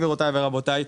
גבירותיי ורבותיי,